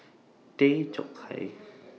Tay Chong Hai